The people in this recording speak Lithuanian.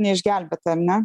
neišgelbėta ane